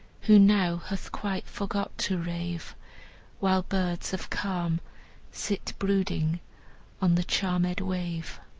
who now hath quite forgot to rave while birds of calm sit brooding on the charmed wave.